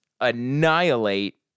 annihilate